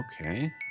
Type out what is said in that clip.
Okay